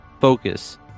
focus